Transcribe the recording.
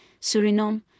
Suriname